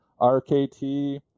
RKT